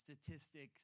statistics